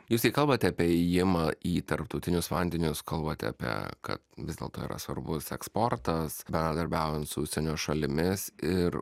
jūs kai kalbate apie įėjimą į tarptautinius vandenis kalbate apie kad vis dėlto yra svarbus eksportas bendradarbiaujant su užsienio šalimis ir